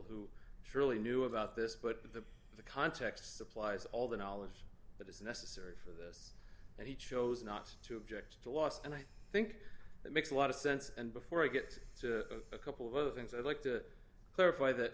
who surely knew about this but the context supplies all the knowledge that is necessary and he chose not to object to last and i think that makes a lot of sense and before i get to a couple of other things i'd like to clarify that